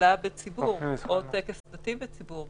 תפילה בציבור או טקס דתי בציבור.